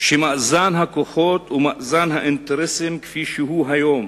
שמאזן הכוחות או מאזן האינטרסים כפי שהוא היום